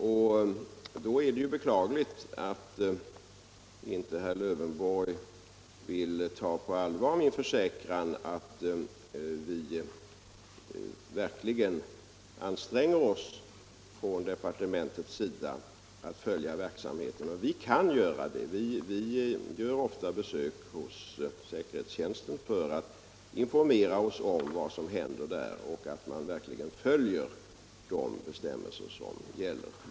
Och då är det beklagligt att herr Lövenborg inte vill ta min försäkran på allvar, att vi i departementet verkligen anstränger 191 sendet oss för att följa verksamheten. Vi gör ofta besök hos säkerhetstjänsten för att informera oss om vad som händer där och försäkra oss om att man verkligen följer gällande bestämmelser.